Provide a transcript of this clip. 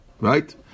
Right